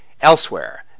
Elsewhere